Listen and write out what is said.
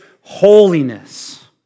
holiness